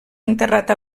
enterrat